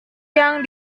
yang